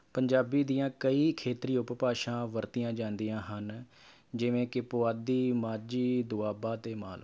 ਪੰਜਾਬੀ ਦੀਆਂ ਕਈ ਖੇਤਰੀ ਉਪਭਾਸ਼ਾ ਵਰਤੀਆਂ ਜਾਂਦੀਆਂ ਹਨ ਜਿਵੇਂ ਕਿ ਪੁਆਧੀ ਮਾਝੀ ਦੋਆਬਾ ਅਤੇ ਮਾਲਵਾ